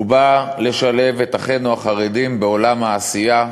בא לשלב את אחינו החרדים בעולם העשייה